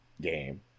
game